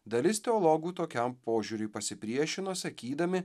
dalis teologų tokiam požiūriui pasipriešino sakydami